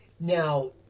Now